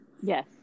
Yes